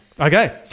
Okay